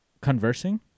conversing